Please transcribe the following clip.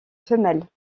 femelles